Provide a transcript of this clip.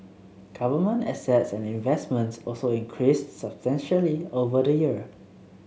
government assets and investments also increased substantially over the year